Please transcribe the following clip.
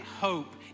hope